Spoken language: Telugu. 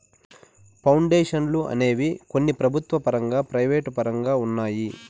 పౌండేషన్లు అనేవి కొన్ని ప్రభుత్వ పరంగా ప్రైవేటు పరంగా ఉన్నాయి